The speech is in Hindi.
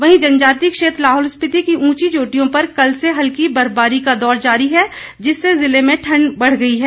वहीं जनजातीय क्षेत्र लाहौल स्पीति की ऊंची चोटियों पर कल से हल्की बर्फबारी का दौर जारी है जिससे ज़िले में ठण्ड बढ़ गई है